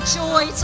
joy